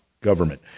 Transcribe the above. Government